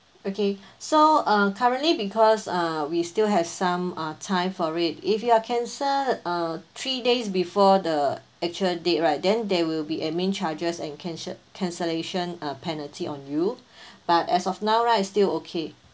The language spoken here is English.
okay so uh currently because uh we still have some uh time for it if you will cancel uh three days before the actual date right then there will be admin charges and calcell~ cancellation uh penalty on you but as of now right still okay